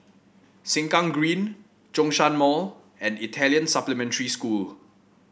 Sengkang Green Zhongshan Mall and Italian Supplementary School